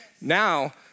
Now